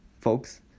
Folks